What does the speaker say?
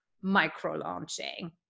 micro-launching